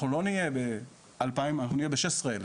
אנחנו לא נהיה באלפיים, אנחנו נהיה בשש עשרה אלף.